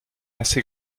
assez